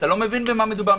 אתה לא מבין במה מדובר.